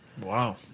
Wow